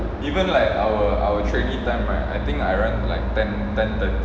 even like our our trainee time right I think I run like ten ten thirty